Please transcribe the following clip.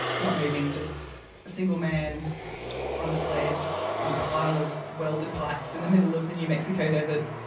not moving, just a single man on a sled on a pile of welded pipes in the middle of the new mexico desert.